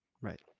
Right